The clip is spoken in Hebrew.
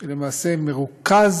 שלמעשה מרוכז